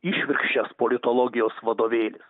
išvirkščias politologijos vadovėlis